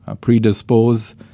predispose